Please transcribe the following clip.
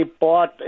bought